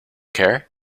care